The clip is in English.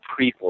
prequel